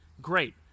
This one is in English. Great